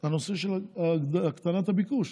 הנושא של הקטנת הביקוש.